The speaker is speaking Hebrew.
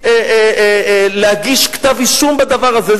להגיש כתב-אישום בדבר הזה.